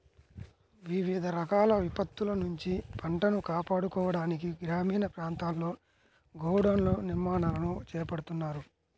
వివిధ రకాల విపత్తుల నుంచి పంటను కాపాడుకోవడానికి గ్రామీణ ప్రాంతాల్లో గోడౌన్ల నిర్మాణాలను చేపడుతున్నారు